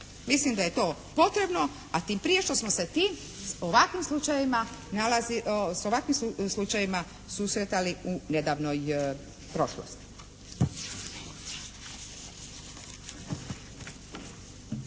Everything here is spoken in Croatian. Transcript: Mislim da je to potrebno a tim prije što smo se tim, ovakvim slučajevima nalazi, s ovakvim